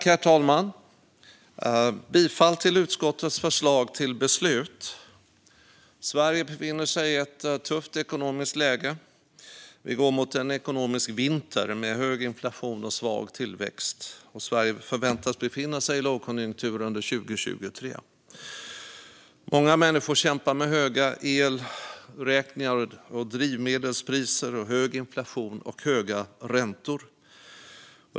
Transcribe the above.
Herr talman! Jag yrkar bifall till utskottets förslag till beslut. Sverige befinner sig i ett tufft ekonomiskt läge. Vi går mot en ekonomisk vinter med hög inflation och svag tillväxt. Sverige förväntas befinna sig i lågkonjunktur under 2023. Många människor kämpar med höga elräkningar och drivmedelspriser, hög inflation och höga räntor.